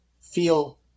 feel